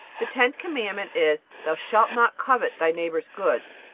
the tenth commandment is thou shalt not covet thy neighbor's goods.